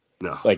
No